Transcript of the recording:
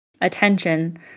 attention